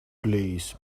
please